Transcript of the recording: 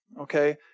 okay